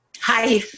Hi